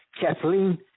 Kathleen